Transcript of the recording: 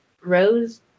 rose